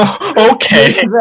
Okay